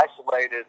isolated